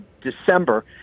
December